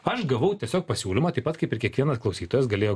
aš gavau tiesiog pasiūlymą taip pat kaip ir kiekvienas klausytojas galėjo